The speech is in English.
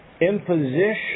Imposition